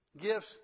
Gifts